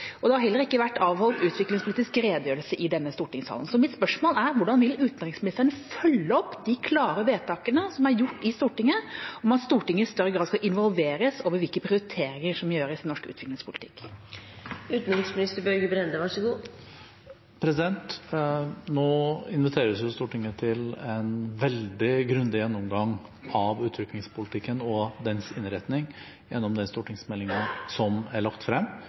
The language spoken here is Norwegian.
Det har heller ikke vært avholdt utviklingspolitisk redegjørelse i denne stortingssalen. Så mitt spørsmål er: Hvordan vil utenriksministeren følge opp de klare vedtakene som er gjort i Stortinget, om at Stortinget i større grad skal involveres i de prioriteringer som gjøres i norsk utviklingspolitikk? Nå inviteres jo Stortinget til en veldig grundig gjennomgang av utviklingspolitikken og dens innretning gjennom den stortingsmeldingen som er lagt frem.